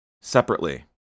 Separately